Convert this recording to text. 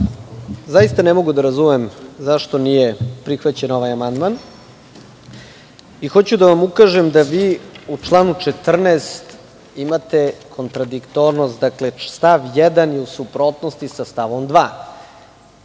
Zaista ne mogu da razumem zašto nije prihvaćen ovaj amandman. Hoću da vam ukažem da vi u članu 14. imate kontradiktornost, dakle, stav 1. je u suprotnosti sa stavom 2.